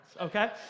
Okay